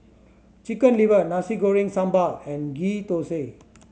Chicken Liver Nasi Goreng Sambal and Ghee Thosai